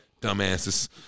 dumbasses